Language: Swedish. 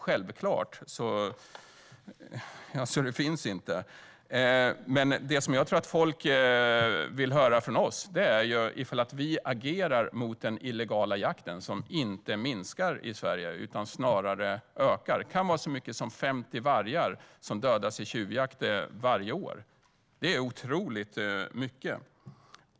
Men vad jag tror att folk vill höra från oss är om vi agerar mot den illegala jakten, som inte minskar i Sverige utan snarare ökar. Det kan vara så många som 50 vargar som varje år dödas vid tjuvjakt. Detta är otroligt många.